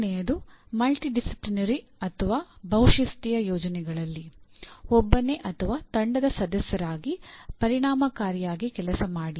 ಮೂರನೆಯದು ಮಲ್ಟಿಡಿಸಿಪ್ಲಿನರಿ ಅಥವಾ ಬಹುಶಿಸ್ತೀಯ ಯೋಜನೆಗಳಲ್ಲಿ ಒಬ್ಬನೇ ಅಥವಾ ತಂಡದ ಸದಸ್ಯರಾಗಿ ಪರಿಣಾಮಕಾರಿಯಾಗಿ ಕೆಲಸ ಮಾಡಿ